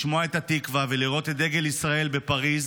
לשמוע את התקווה ולראות את דגל ישראל בפריז